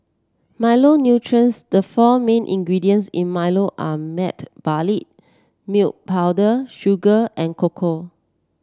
Milo nutrients the four mean ingredients in Milo are malted barley milk powder sugar and cocoa